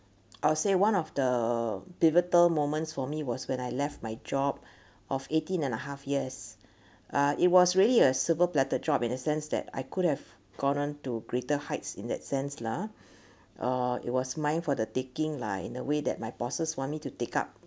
I'll say one of the pivotal moments for me was when I left my job of eighteen and a half years uh it was really a silver platter job in a sense that I could have gone on to greater heights in that sense lah uh it was mine for the taking lah in a way that my bosses want me to take up